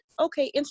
okay